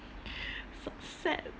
s~ sad